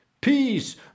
Peace